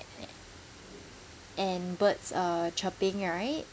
and birds uh chirping right